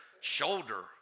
shoulder